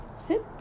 Sit